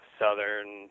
southern